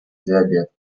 диабета